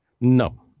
No